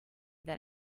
that